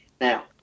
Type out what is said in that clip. Now